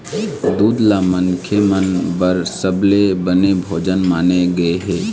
दूद ल मनखे मन बर सबले बने भोजन माने गे हे